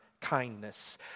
kindness